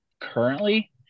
currently